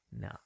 no